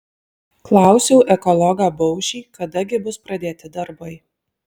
klausiau ekologą baušį kada gi bus pradėti darbai